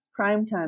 primetime